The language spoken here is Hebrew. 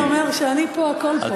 הלל אומר: כשאני פה, הכול פה.